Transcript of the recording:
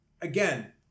again